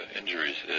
injuries